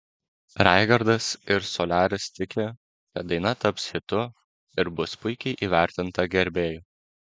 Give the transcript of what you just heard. raigardas ir soliaris tiki kad daina taps hitu ir bus puikiai įvertinta gerbėjų